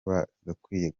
bagakwiye